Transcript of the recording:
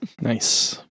Nice